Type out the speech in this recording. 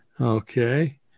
Okay